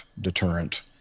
deterrent